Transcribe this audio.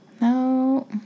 No